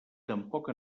tampoc